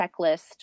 checklist